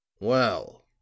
Well